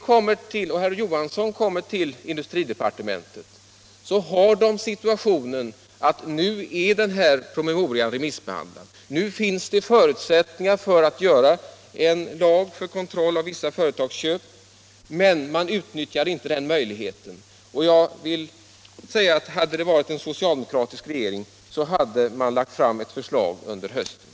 När herr Åsling och herr Johansson kommer till industridepartementet är läget det att promemorian är remissbehandlad; nu finns det förutsättningar för att stifta en lag för kontroll av vissa företagsköp. Men man utnyttjar inte den möjligheten. Hade vi haft en socialdemokratisk regering hade den lagt fram ett förslag under hösten.